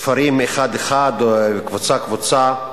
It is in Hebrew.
הספרים אחד-אחד או קבוצה-קבוצה,